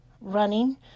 running